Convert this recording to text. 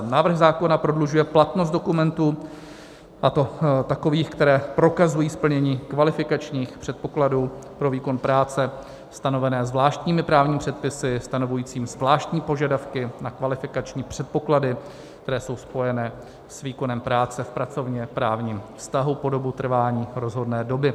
Návrh zákona prodlužuje platnost dokumentů, a to takových, které prokazují splnění kvalifikačních předpokladů pro výkon práce stanovené zvláštními právními předpisy stanovujícími zvláštní požadavky na kvalifikační předpoklady, které jsou spojené s výkonem práce v pracovněprávním vztahu po dobu trvání rozhodné doby.